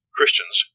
Christians